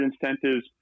incentives